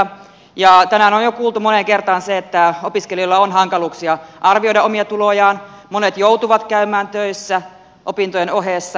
tänään on jo kuultu moneen kertaan se että opiskelijoilla on hankaluuksia arvioida omia tulojaan monet joutuvat käymään töissä opintojen ohessa